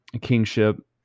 kingship